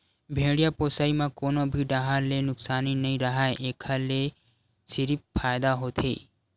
भेड़िया पोसई म कोनो भी डाहर ले नुकसानी नइ राहय एखर ले सिरिफ फायदा होथे